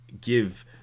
give